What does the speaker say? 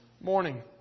morning